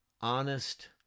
honest